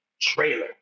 trailer